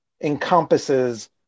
encompasses